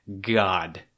God